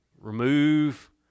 Remove